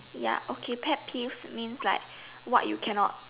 ya okay pet peeves means like what you cannot